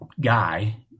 guy